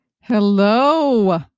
Hello